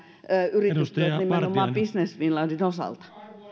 yritykset nimenomaan business finlandin osalta arvoisa